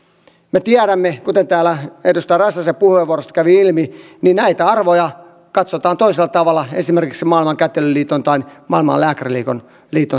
me tiedämme kuten täällä edustaja räsäsen puheenvuorosta kävi ilmi että näitä arvoja katsotaan toisella tavalla esimerkiksi maailman kätilöliiton tai maailman lääkäriliiton